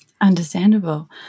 Understandable